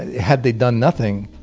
had they done nothing,